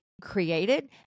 created